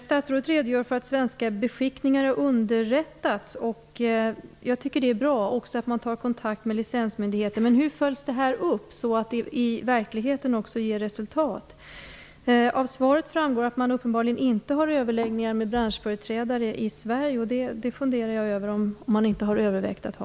Statsrådet redogör för att svenska beskickningar har underrättats. Jag tycker att det är bra, liksom att man tar kontakt med licensmyndigheter. Men hur följs detta upp så att det ger resultat också i verkligheten? Av svaret framgår att man uppenbarligen inte har överläggningar med branschföreträdare i Sverige. Det funderar jag över om man inte har övervägt att ha.